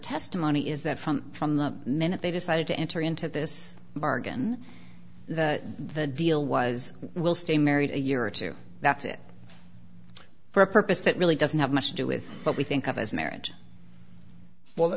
testimony is that from from the minute they decided to enter into this bargain that the deal was we'll stay married a year or two that's it for a purpose that really doesn't have much to do with what we think of as marriage well